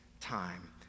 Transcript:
time